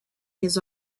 his